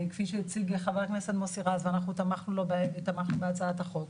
כפי שהציג חבר הכנסת מוסי רז ואנחנו תמכנו בהצעת החוק.